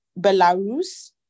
Belarus